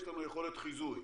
יש לנו יכולת חיזוי.